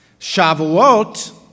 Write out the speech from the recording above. Shavuot